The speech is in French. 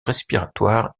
respiratoires